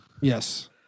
Yes